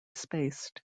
spaced